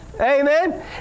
Amen